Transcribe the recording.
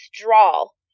withdrawal